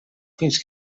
fins